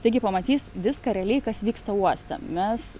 taigi pamatys viską realiai kas vyksta uoste mes